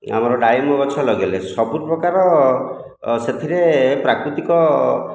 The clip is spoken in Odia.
ଆମର ଡାଳିମ୍ବ ଗଛ ଲଗେଇଲେ ସବୁପ୍ରକାର ସେଥିରେ ପ୍ରାକୃତିକ